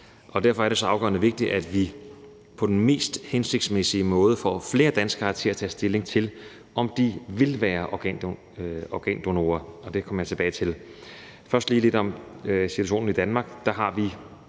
Derfor er det så afgørende vigtigt, at vi på den mest hensigtsmæssige måde får flere danskere til at tage stilling til, om de vil være organdonorer. Det kommer jeg tilbage til, men først lige lidt om situationen i Danmark.